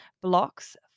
blocks